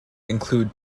include